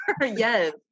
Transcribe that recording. Yes